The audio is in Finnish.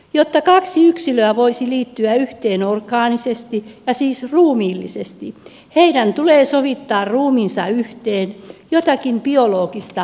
jotta kaksi yksilöä voisi liittyä yhteen orgaanisesti ja siis ruumiillisesti heidän tulee sovittaa ruumiinsa yhteen jotakin biologista kokonaistarkoitusta varten